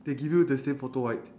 they give you the same photo right